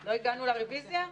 לא הגענו לרביזיה?